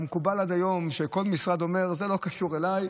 מקובל היום שכל משרד אומר: זה לא קשור אליי,